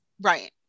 right